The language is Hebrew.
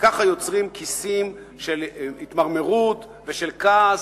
וככה יוצרים כיסים של התמרמרות ושל כעס,